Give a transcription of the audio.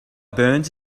burns